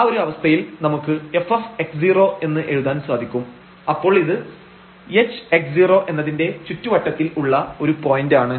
ആ ഒരു അവസ്ഥയിൽ നമുക്ക് f എന്ന് എഴുതാൻ സാധിക്കും അപ്പോൾ ഇത് h എന്നതിന്റെ ചുറ്റുവട്ടത്തിൽ ഉള്ള ഒരു പോയിന്റ് ആണ്